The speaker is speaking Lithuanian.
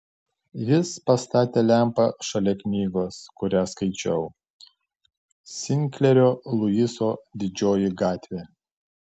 jis pastatė lempą šalia knygos kurią skaičiau sinklerio luiso didžioji gatvė